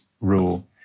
rule